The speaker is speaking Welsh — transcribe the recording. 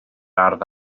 ardd